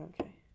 Okay